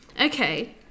Okay